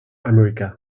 american